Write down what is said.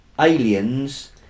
aliens